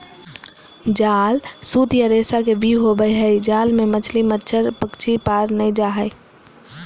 जाल सूत या रेशा के व्यूह होवई हई जाल मे मछली, मच्छड़, पक्षी पार नै जा हई